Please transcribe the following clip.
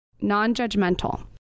Non-judgmental